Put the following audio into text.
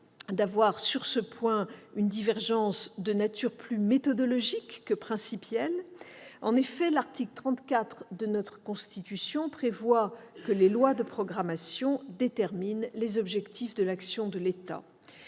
d'avoir sur ce point une divergence de nature plus méthodologique que principielle. L'article 34 de notre Constitution prévoit que les lois de programmation déterminent les objectifs de l'action de l'État.